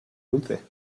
dulce